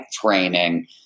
training